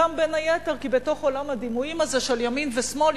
בין היתר כי בתוך עולם הדימויים הזה של ימין ושמאל,